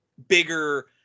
bigger